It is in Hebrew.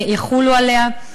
יחולו עליה.